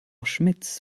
schmitz